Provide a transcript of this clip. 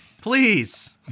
Please